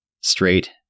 straight